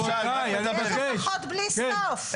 יש הוכחות בלי סוף.